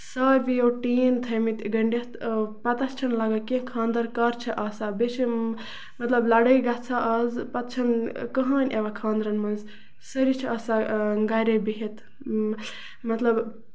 سارویو ٹیٖن تھٲومٕتۍ گٔنڈِتھ پَتہٕ چھُنہٕ لَگان کیٚنہہ خاندر کر چھُ آسان بیٚیہِ چھِ یِم مطلب لَڑٲے گژھان آز پَتہٕ چھنہٕ کٔہٕنۍ یِوان خاندرَن منٛز سٲری چھِ آسان گرے بِہِتھ اۭں مطلب